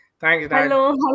Hello